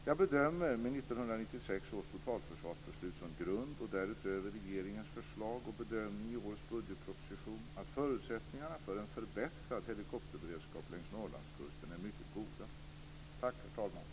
Jag bedömer, med 1996 års totalförsvarsbeslut som grund och därutöver regeringens förslag och bedömning i årets budgetproposition, att förutsättningarna för en förbättrad helikopterberedskap längs Norrlandskusten är mycket goda. Tack, herr talman.